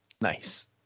Nice